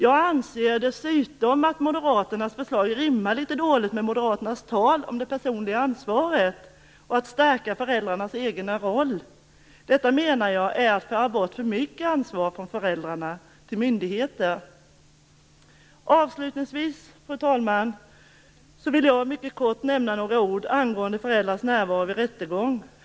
Jag anser dessutom att Moderaternas förslag rimmar litet dåligt med deras tal om det personliga ansvaret och att stärka föräldrarnas egen roll. Detta, menar jag, är att föra bort för mycket ansvar från föräldrar till myndigheter. Avslutningsvis, fru talman, vill jag mycket kort säga några ord om föräldrars närvaro vid rättegång.